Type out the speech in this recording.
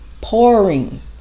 Pouring